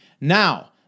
Now